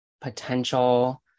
potential